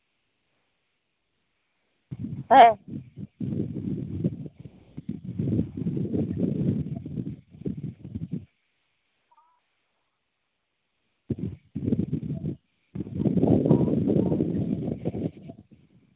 ᱦᱮᱸ